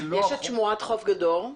יש את שמורת חוף גדור.